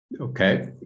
okay